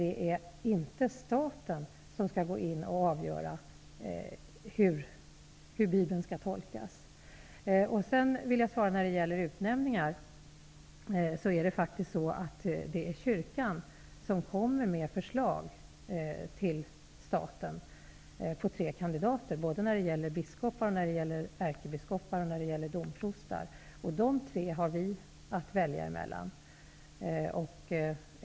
Det är inte staten som skall avgöra hur Bibeln skall tolkas. När det gäller utnämningar kan jag tala om att det är kyrkan som lämnar staten förslag på tre kandidater vid tillsättning av ärkebiskop, biskopar och domprostar. Dessa tre kandidater har vi att välja på.